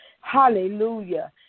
hallelujah